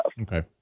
Okay